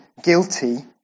Guilty